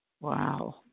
Wow